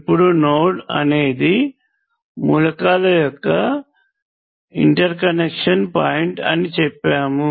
ఇప్పుడు నోడ్ అనేది మూలకాల యొక్క ఇంటర్కనెక్షన్ పాయింట్ అని చెప్పాము